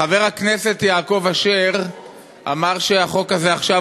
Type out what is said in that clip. חבר הכנסת יעקב אשר אמר שהחוק הזה עכשיו